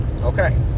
okay